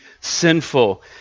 sinful